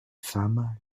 femmes